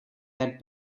had